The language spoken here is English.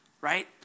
right